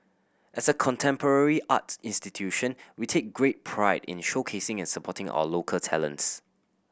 as a contemporary art institution we take great pride in showcasing and supporting our local talents